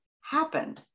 happen